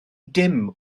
dim